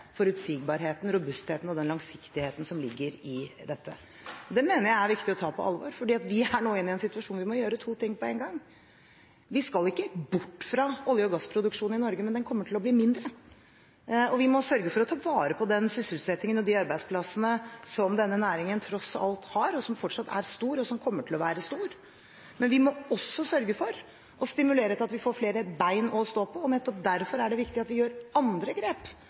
forutsigbarheten, robustheten og den langsiktigheten som ligger i dette. Det mener jeg er viktig å ta på alvor, for vi er nå inne i en situasjon hvor vi må gjøre to ting på en gang. Vi skal ikke bort fra olje- og gassproduksjon i Norge. Men den kommer til å bli mindre, og vi må sørge for å ta vare på den sysselsettingen og de arbeidsplassene som denne næringen tross alt har, som fortsatt er stor og som kommer til å være stor. Men vi må også sørge for å stimulere til at vi får flere bein å stå på, og nettopp derfor er det viktig at vi gjør andre grep